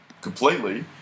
completely